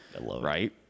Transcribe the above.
right